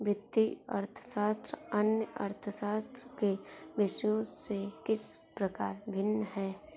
वित्तीय अर्थशास्त्र अन्य अर्थशास्त्र के विषयों से किस प्रकार भिन्न है?